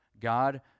god